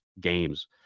games